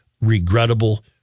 regrettable